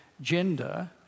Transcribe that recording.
gender